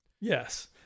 Yes